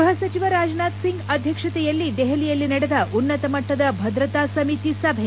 ಗೃಹ ಸಚಿವ ರಾಜನಾಥ್ಸಿಂಗ್ ಅಧ್ಯಕ್ಷತೆಯಲ್ಲಿ ದೆಹಲಿಯಲ್ಲಿ ನಡೆದ ಉನ್ನತಮಟ್ಟದ ಭದ್ರತಾ ಸಮಿತಿ ಸಭೆ